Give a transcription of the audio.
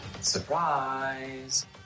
surprise